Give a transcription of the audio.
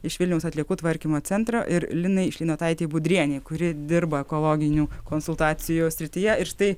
iš vilniaus atliekų tvarkymo centro ir linai šleinotaitei budrienei kuri dirba ekologinių konsultacijų srityje ir štai